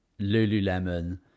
lululemon